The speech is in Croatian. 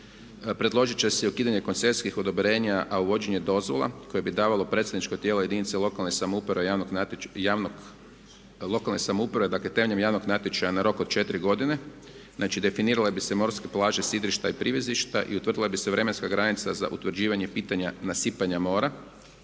predložit će se i ukidanje koncesijskih odobrenja a uvođenje dozvola koje bi davalo predsjedničko tijelo jedinice lokalne samouprave temeljem javnog natječaja na rok od 4 godine. Znači definirale bi se morske plaže, sidrišta i privezišta i utvrdila bi se vremenska granica za utvrđivanje pitanja nasipanja mora.